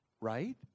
right